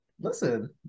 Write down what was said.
Listen